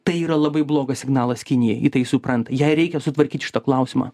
tai yra labai blogas signalas kinijai ji tai supranta jai reikia sutvarkyt šitą klausimą